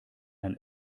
ein